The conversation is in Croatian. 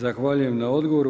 Zahvaljujem na odgovoru.